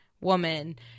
woman